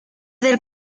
del